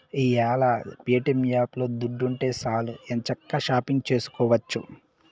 ఈ యేల ప్యేటియం యాపులో దుడ్డుంటే సాలు ఎంచక్కా షాపింగు సేసుకోవచ్చు